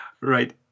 Right